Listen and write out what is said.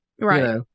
Right